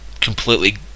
completely